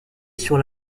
sur